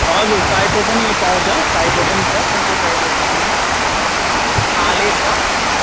हजुर थाइपो पनि पाउँछ टाइपो पनि छ कुन चाहिँ टाइपो खानु हने फाले छ